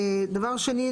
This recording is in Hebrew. דבר שני,